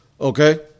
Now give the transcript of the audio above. Okay